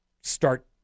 start